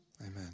Amen